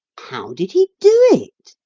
how did he do it?